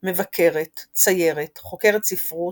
מבקרת, ציירת, חוקרת ספרות,